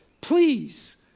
Please